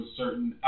certain